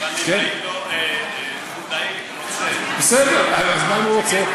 אבל חולדאי רוצה, בסדר, אז מה אם הוא רוצה?